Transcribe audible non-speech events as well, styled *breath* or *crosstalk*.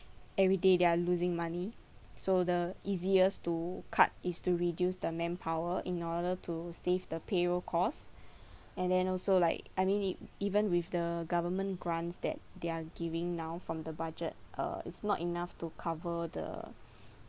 everyday they're losing money so the easiest to cut is to reduce the manpower in order to save the payroll cost *breath* and then also like I mean it even with the government grants that they're giving now from the budget uh it's not enough to cover the